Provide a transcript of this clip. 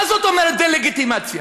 מה זאת אומרת דה-לגיטימציה?